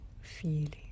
feeling